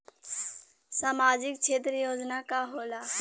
सामाजिक क्षेत्र योजना का होला?